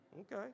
Okay